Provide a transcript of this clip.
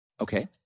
Okay